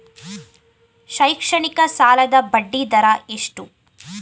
ಶೈಕ್ಷಣಿಕ ಸಾಲದ ಬಡ್ಡಿ ದರ ಎಷ್ಟು?